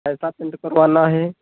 कैसा पैंट करवाना है